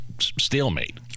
stalemate